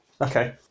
Okay